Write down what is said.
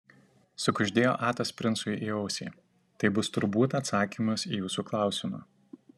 sukuždėjo atas princui į ausį tai bus turbūt atsakymas į jūsų klausimą